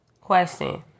Question